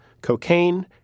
cocaine